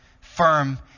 firm